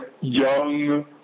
young